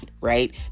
right